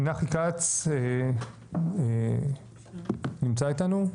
נחי כץ, נמצא איתנו?